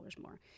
more